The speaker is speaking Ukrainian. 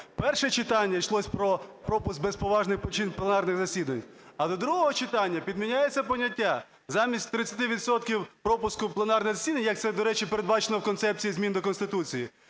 Перше читання - йшлось про пропуск без поважних причин пленарних засідань, але другого читання підміняється поняття: замість 30 відсотків пропуску пленарних засідань, як це, до речі, передбачено в концепції змін до Конституції,